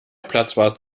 platzwart